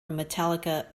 metallica